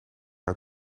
uit